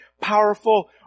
powerful